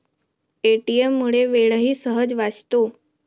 ATM मुळे वेळही सहज वाचतो